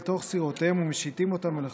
תוך סירותיהם ומשיטים אותם אל החוף.